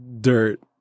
dirt